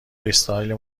استایل